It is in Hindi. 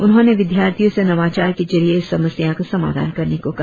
उन्होंने विद्यार्थियो से नवाचार के जरिये इस समस्या का समाधान करने को कहा